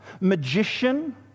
magician